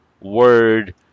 word